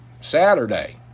Saturday